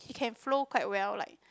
he can flow quite well like